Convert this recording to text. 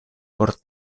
por